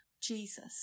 Jesus